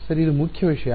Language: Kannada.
ಸರಿ ಇದು ಮುಖ್ಯ ವಿಷಯ